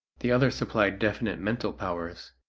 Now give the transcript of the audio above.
the other supplied definite mental powers,